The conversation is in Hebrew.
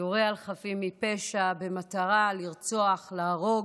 יורה על חפים מפשע במטרה לרצוח, להרוג,